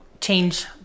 change